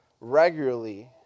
regularly